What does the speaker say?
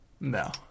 No